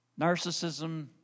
Narcissism